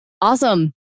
Awesome